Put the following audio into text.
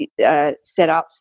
setups